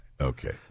Okay